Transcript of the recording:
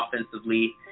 offensively